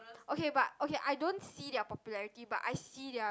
okay but okay I don't see their popularity but I see their